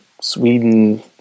Sweden